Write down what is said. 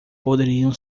poderiam